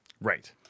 Right